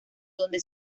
donde